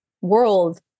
world